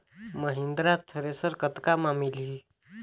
Mahindra thresher कतका म मिलही?